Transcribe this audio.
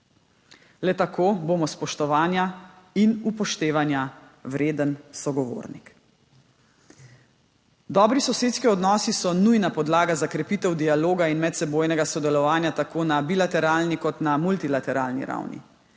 Le tako bomo spoštovanja in upoštevanja vreden sogovornik. Dobri sosedski odnosi so nujna podlaga za krepitev dialoga in medsebojnega sodelovanja tako na bilateralni kot na multilateralni ravni.